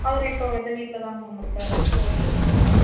அவர் இப்போ வந்து வீட்டில தாங்க மேம் இருக்கார் இந்த ஒன் மந்த் லெவலில்